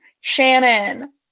Shannon